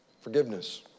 Forgiveness